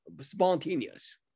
spontaneous